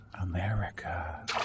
America